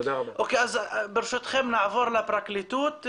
אז ברשותכם, נעבור לפרקליטות.